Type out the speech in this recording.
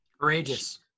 Courageous